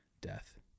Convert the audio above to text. death